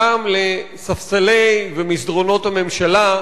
גם לספסלי ומסדרונות הממשלה,